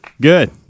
Good